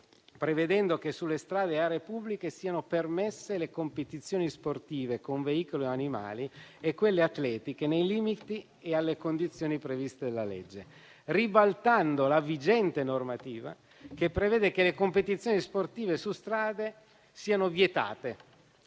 prevedendo che sulle strade e aree pubbliche siano permesse le competizioni sportive con veicoli o animali e quelle atletiche nei limiti e alle condizioni previste dalla legge, ribaltando la vigente normativa, che prevede che le competizioni sportive su strada siano vietate,